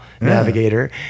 navigator